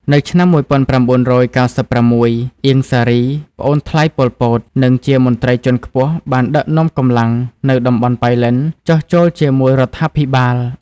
នៅឆ្នាំ១៩៩៦ អៀង សារី ប្អូនថ្លៃប៉ុល ពត និងជាមន្ត្រីជាន់ខ្ពស់ បានដឹកនាំកម្លាំងនៅតំបន់ប៉ៃលិនចុះចូលជាមួយរដ្ឋាភិបាល។